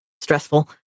stressful